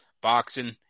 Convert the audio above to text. boxing